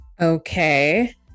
Okay